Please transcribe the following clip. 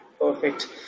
perfect